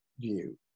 view